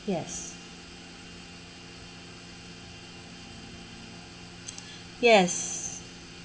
yes yes